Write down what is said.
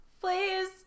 Please